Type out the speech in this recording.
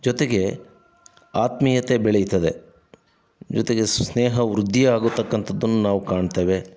ಜೊತೆಗೆ ಆತ್ಮೀಯತೆ ಬೆಳೀತದೆ ಜೊತೆಗೆ ಸ್ನೇಹ ವೃದ್ಧಿಯಾಗತಕ್ಕಂಥದ್ದನ್ನು ನಾವು ಕಾಣ್ತೇವೆ